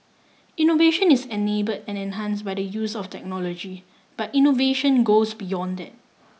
innovation is enabled and enhanced by the use of technology but innovation goes beyond that